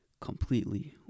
completely